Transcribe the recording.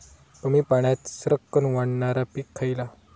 कमी पाण्यात सरक्कन वाढणारा पीक खयला?